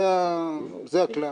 זה הכלל.